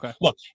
look